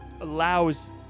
allows